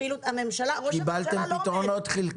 קיבלתם פתרונות חלקיים?